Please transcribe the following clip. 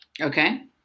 Okay